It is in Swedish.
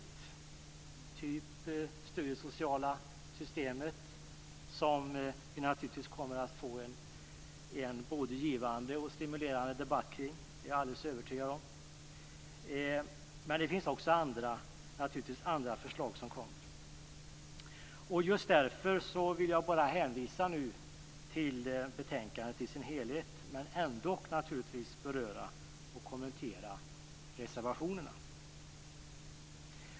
Det gäller t.ex. det studiesociala systemet, som vi naturligtvis kommer att få en både givande och stimulerande debatt omkring. Det är jag alldeles övertygad om. Men det finns också andra förslag som kommer. Just därför vill jag nu bara hänvisa till betänkandet i dess helhet, men ändå naturligtvis beröra och kommentera reservationerna.